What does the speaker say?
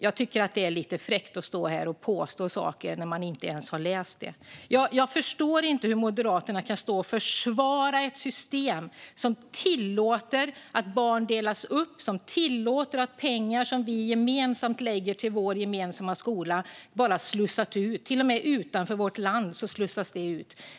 Jag tycker att det är lite fräckt att stå här och påstå saker när man inte ens har läst det. Jag förstår inte hur Moderaterna kan försvara ett system som tillåter att barn delas upp och som tillåter att pengar som vi gemensamt lägger på vår gemensamma skola bara slussas ut - till och med ut ur vårt land slussas de.